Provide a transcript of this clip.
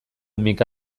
micka